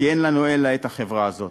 כי אין לנו אלא החברה הזאת.